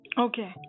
okay